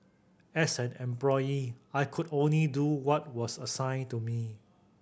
as an employee I could only do what was assigned to me